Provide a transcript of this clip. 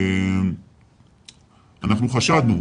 אנחנו חשדנו.